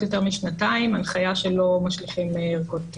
יותר משנתיים הנחיה שלא משליכים ערכות.